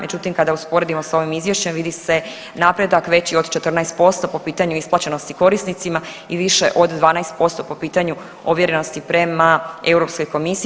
Međutim, kada usporedimo s ovim izvješćem vidi se napredak veći od 14% po pitanju isplaćenosti korisnicima i više od 12% po pitanju ovjerenosti prema Europskoj komisiji.